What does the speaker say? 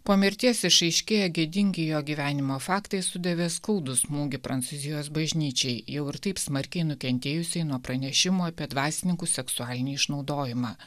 po mirties išaiškėję gėdingi jo gyvenimo faktai sudavė skaudų smūgį prancūzijos bažnyčiai jau ir taip smarkiai nukentėjusiai nuo pranešimų apie dvasininkų seksualinį išnaudojimą